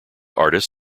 artists